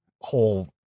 whole